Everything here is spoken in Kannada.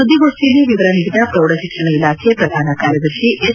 ಸುದ್ದಿಗೋಷ್ಠಿಯಲ್ಲಿ ವಿವರ ನೀಡಿದ ಪ್ರೌಢ ಶಿಕ್ಷಣ ಇಲಾಖೆ ಪ್ರಧಾನ ಕಾರ್ಯದರ್ಶಿ ಎಸ್